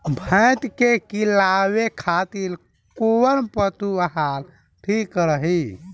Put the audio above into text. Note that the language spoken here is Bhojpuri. भैंस के खिलावे खातिर कोवन पशु आहार ठीक रही?